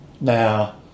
Now